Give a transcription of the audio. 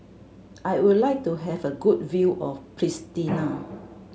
I would like to have a good view of Pristina